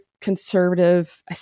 conservative